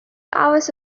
hours